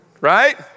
right